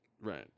Right